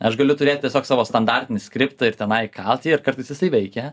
aš galiu turėt tiesiog savo standartinį skriptą ir tenai kalt jį ir kartais jisai veikia